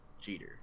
cheater